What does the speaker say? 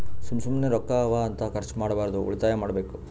ಸುಮ್ಮ ಸುಮ್ಮನೆ ರೊಕ್ಕಾ ಅವಾ ಅಂತ ಖರ್ಚ ಮಾಡ್ಬಾರ್ದು ಉಳಿತಾಯ ಮಾಡ್ಬೇಕ್